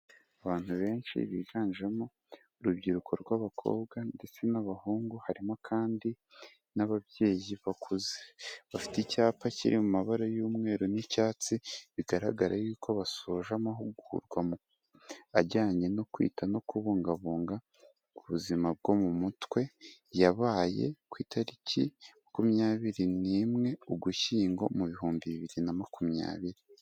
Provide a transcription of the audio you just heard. Abantu benshi biganjemo urubyiruko rw'abakobwa ndetse n'abahungu, harimo kandi n'ababyeyi bakuze, bafite icyapa kiri mu mabara y'umweru n'icyatsi, bigaragara y'uko basoje amahugurwa ajyanye no kwita no kubungabunga ubuzima bwo mu mutwe, yabaye ku itariki makumyabiri n'imwe ugushyingo, mu bihumbi bibiri na makumyabiri.